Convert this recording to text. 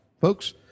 Folks